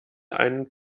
einen